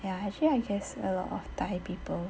ya actually I guess a lot of thai people